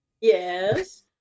Yes